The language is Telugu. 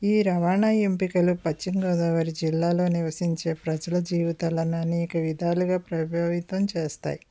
ఈ రవాణా ఎంపికలు పశ్చిమ గోదావరి జిల్లాలో నివసించే ప్రజలు జీవితాలని అనేక విధాలుగా ప్రభావితం చేస్తాయి